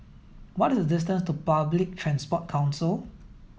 what is the distance to Public Transport Council